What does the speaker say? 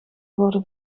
worden